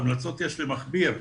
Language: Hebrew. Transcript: המלצות יש למכביר.